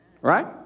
Right